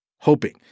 hoping